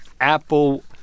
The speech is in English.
Apple